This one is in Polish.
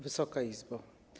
Wysoka Izbo!